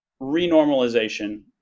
renormalization